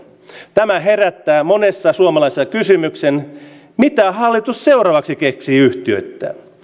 tämä herättää monessa suomalaisessa kysymyksen mitä hallitus seuraavaksi keksii yhtiöittää